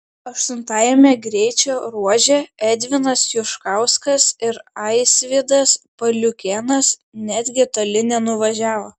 aštuntajame greičio ruože edvinas juškauskas ir aisvydas paliukėnas netgi toli nenuvažiavo